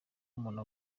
umuntu